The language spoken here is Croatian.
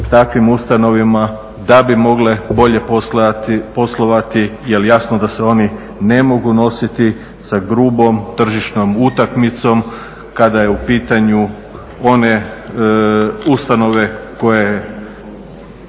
takvim ustanovama da bi mogle bolje poslovati. Jer jasno da se oni ne mogu nositi sa grubom tržišnom utakmicom kada je u pitanju one ustanove koje